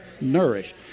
nourish